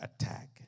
attack